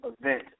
event